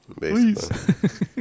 Please